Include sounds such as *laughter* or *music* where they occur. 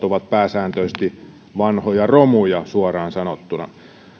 *unintelligible* ovat pääsääntöisesti vanhoja romuja suoraan sanottuna